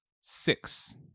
six